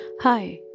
Hi